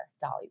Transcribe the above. Dolly